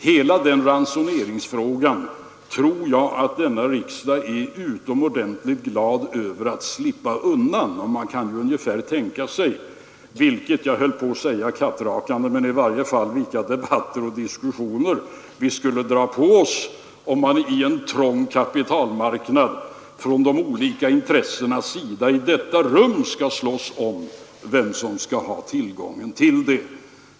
Hela den ransoneringsfrågan tror jag att riksdagen är utomordentligt glad över att slippa undan. Man kan tänka sig vilket om inte kattrakande så i varje fall debatterande och diskuterande det skulle bli, om de olika intressena på en trång kapitalmarknad skulle här i detta rum slåss om vem som skulle få del av resurserna.